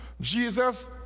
Jesus